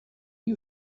you